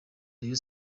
rayon